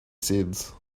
seeds